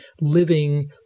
living